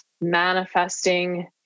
manifesting